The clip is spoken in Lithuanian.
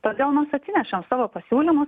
todėl mes atsinešėm savo pasiūlymus